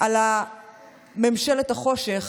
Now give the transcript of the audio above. על ממשלת החושך